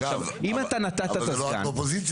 עכשיו אם אתה נתת את הסגן,